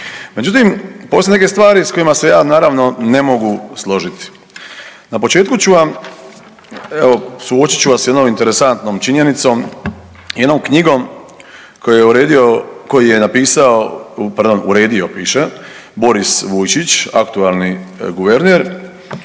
Međutim, postoje neke stvari s kojima se ja naravno ne mogu složiti. Na početku ću vam evo suočit ću vas s jednom interesantnom činjenicom jednom knjigom koju je uredio, koju je napisao pardon uredio piše Boris Vujčić aktualni guverner,